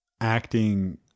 acting